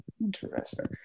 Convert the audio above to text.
Interesting